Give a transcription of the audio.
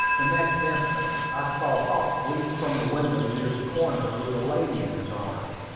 the next instant i saw hop leap from the window near the corner with a lady in his arms.